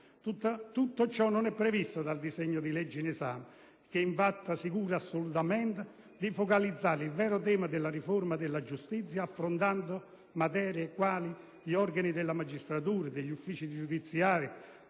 Tutto ciò non è previsto dal disegno di legge in esame, che infatti non si cura assolutamente di focalizzare il vero tema della riforma della giustizia affrontando materie quali gli organici della magistratura e degli uffici giudiziari,